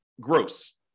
gross